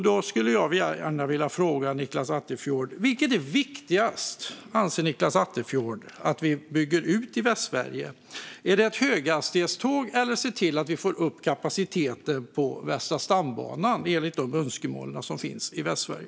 Då vill jag ställa en fråga till Nicklas Attefjord: Vad anser Nicklas Attefjord är viktigast att bygga ut i Västsverige, är det höghastighetståg eller är det att se till att vi får upp kapaciteten på Västra stambanan enligt de önskemål som finns i Västsverige?